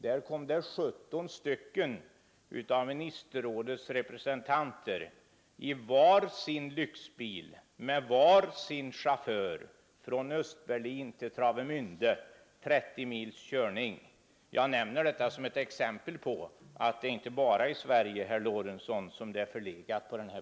Där reste 17 stycken av ministerrådets representanter i var sin lyxbil med var sin chaufför från Östberlin till Warneminde — 30 mils körning. Jag nämner detta som ett exempel på att det inte bara är i Sverige, herr Lorentzon, som det är förlegat på det här